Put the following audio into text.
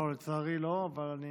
לא, לצערי לא, אבל אני